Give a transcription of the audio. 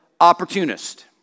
opportunist